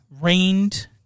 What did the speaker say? rained